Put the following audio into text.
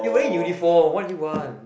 you wear uniform what you want